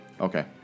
Okay